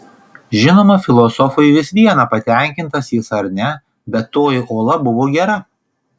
žinoma filosofui vis viena patenkintas jis ar ne bet toji ola buvo gera